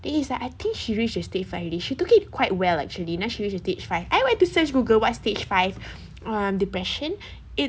then he's like I think she reach a stage five already she took it quite well actually now she use to stage five I went to search google what stage five uh depression it